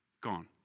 gone